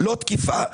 לא תקיפה.